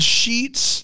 sheets